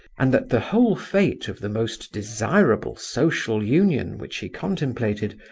and that the whole fate of the most desirable social union which he contemplated,